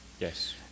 yes